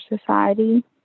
society